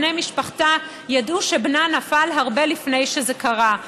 בני משפחתה ידעו שבנה נפל הרבה לפני שזה קרה.